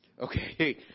Okay